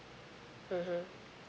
mmhmm